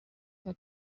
her